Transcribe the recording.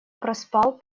проспал